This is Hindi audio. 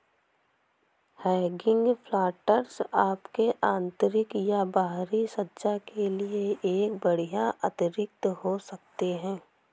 हैगिंग प्लांटर्स आपके आंतरिक या बाहरी सज्जा के लिए एक बढ़िया अतिरिक्त हो सकते है